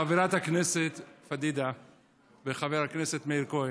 חברת הכנסת לאה פדידה וחבר הכנסת מאיר כהן,